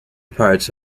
parts